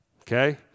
Okay